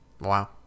wow